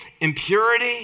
impurity